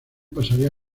pasaría